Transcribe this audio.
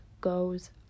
goes